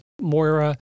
moira